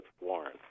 Warren